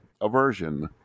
aversion